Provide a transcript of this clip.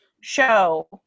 show